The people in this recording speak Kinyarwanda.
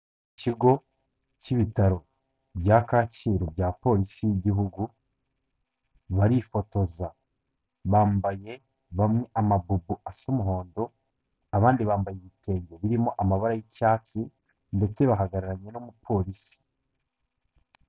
Ikigo cy'ibitaro bya Kacyiru bya polisi y'igihugu barifotoza, bambaye bamwe ama bubu asa umuhondo, abandi bambaye ibitenge birimo amabara y'icyatsi ndetse bahagararanye n'umupolisi.